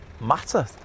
matter